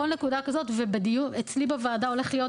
ובכל נקודה כזאת ואצלי בוועדה הולך להיות